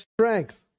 strength